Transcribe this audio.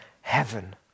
heaven